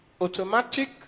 Automatic